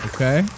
Okay